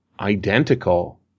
identical